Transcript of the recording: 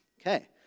Okay